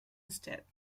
instead